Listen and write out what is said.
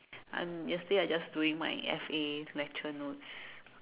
I'm yesterday I was just doing F_A lecture notes